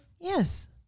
Yes